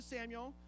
Samuel